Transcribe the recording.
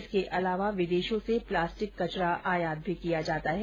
इसके अलावा विदेशों से प्लास्टिक कचरा भी आयात किया जाता है